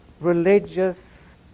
religious